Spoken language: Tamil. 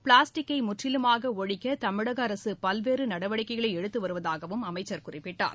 பிளாஸ்டிக்கை முற்றிலுமாக ஒழிக்க தமிழக அரசு பல்வேறு நடவடிக்கைகளை எடுத்து வருவதாகவும் அவர் குறிப்பிட்டார்